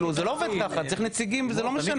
זה לא עובד ככה, יש פה נציגים מהסיעות.